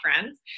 friends